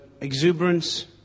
exuberance